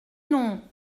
non